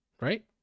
Right